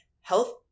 health